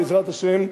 בעזרת השם,